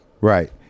right